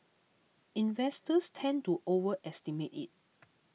investors tend to overestimate it